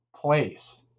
place